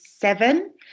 seven